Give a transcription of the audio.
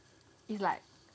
it's like